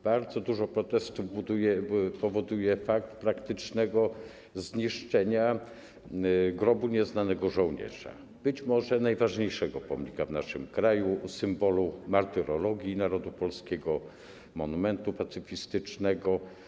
Bardzo dużo protestów powoduje fakt praktycznego zniszczenia Grobu Nieznanego Żołnierza, być może najważniejszego pomnika w naszym kraju, symbolu martyrologii narodu polskiego, monumentu pacyfistycznego.